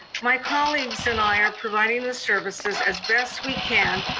my colleagues and i are providing the services as best we can,